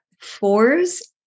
fours